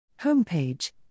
Homepage